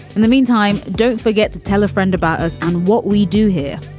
in the meantime, don't forget to tell a friend about us and what we do here.